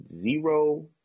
zero